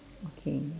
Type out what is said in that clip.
okay